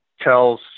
tells